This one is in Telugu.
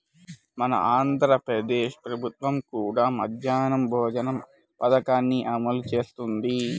మన ఆంధ్ర ప్రదేశ్ ప్రభుత్వం కూడా మధ్యాహ్న భోజన పథకాన్ని అమలు చేస్తున్నది